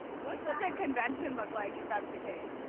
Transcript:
what would the convention look like if that's the case?